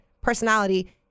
personality